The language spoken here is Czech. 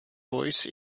voice